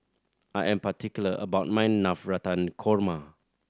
I am particular about my Navratan Korma